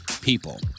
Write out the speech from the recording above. people